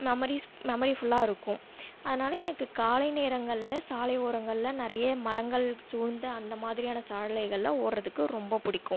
memories memory ஃபுல்லாயிருக்கும் அதனால் எனக்கு காலை நேரங்களில் சாலை ஓரங்களில் நிறைய மரங்கள் சூழ்ந்த அந்த மாதிரியான சாலைகளில் ஓடுகிறதுக்கு ரொம்ப பிடிக்கும்